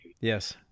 Yes